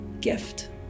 gift